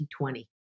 2020